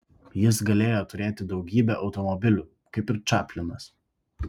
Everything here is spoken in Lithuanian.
jis galėjo turėti daugybę automobilių kaip ir čaplinas